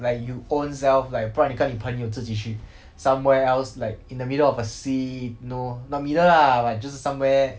like you ownself like 不然你跟你朋友自己去 somewhere else like in the middle of the sea no not middle lah like 就是 somewhere